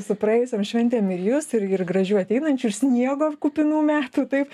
su praėjusiom šventėm ir jus ir gražių ateinančių sniego kupinų metų taip